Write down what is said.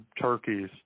turkeys